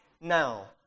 now